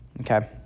Okay